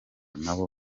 nabo